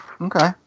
Okay